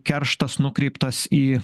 kerštas nukreiptas į